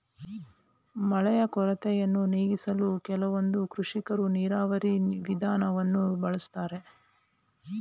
ಮಳೆಯ ಕೊರತೆಯನ್ನು ನೀಗಿಸಲು ಕೆಲವೊಂದು ಕೃಷಿಕರು ನೀರಾವರಿ ವಿಧಾನವನ್ನು ಬಳಸ್ತಾರೆ